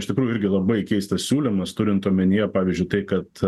iš tikrųjų irgi labai keistas siūlymas turint omenyje pavyzdžiui tai kad